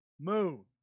moon